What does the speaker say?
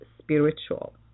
spiritual